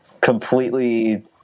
completely